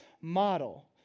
model